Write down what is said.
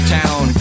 town